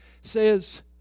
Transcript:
says